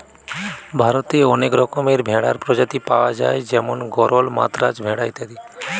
ভারতে অনেক রকমের ভেড়ার প্রজাতি পায়া যায় যেমন গরল, মাদ্রাজ ভেড়া ইত্যাদি